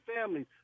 families